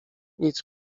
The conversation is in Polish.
nic